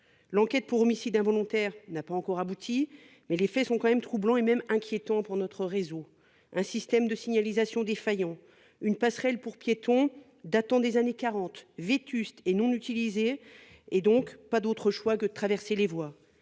L'enquête pour homicide involontaire n'a pas encore abouti, mais les faits sont malgré tout troublants, et même inquiétants, pour notre réseau : un système de signalisation défaillant ; une passerelle pour piétons datant des années 1940, vétuste et non utilisée- il n'y a donc pas d'autre choix que de traverser les voies